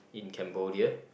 in Cambodia